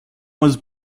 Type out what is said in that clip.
was